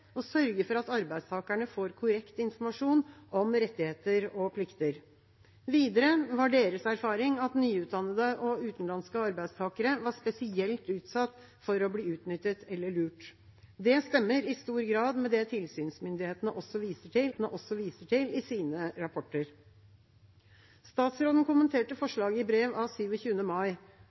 og sørge for at arbeidstakerne får korrekt informasjon om rettigheter og plikter. Videre var deres erfaring at nyutdannete og utenlandske arbeidstakere var spesielt utsatt for å bli utnyttet eller lurt. Det stemmer i stor grad med det tilsynsmyndighetene også viser til i sine rapporter. Statsråden kommenterte forslaget i brev av 27. mai.